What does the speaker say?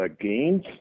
gains